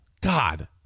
God